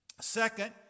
Second